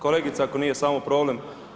Kolegice, ako nije samo problem…